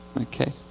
Okay